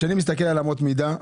כשאני מסתכל על אמות המידה,